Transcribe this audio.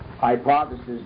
hypothesis